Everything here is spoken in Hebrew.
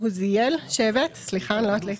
הוזייל (שבט)